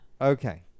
Okay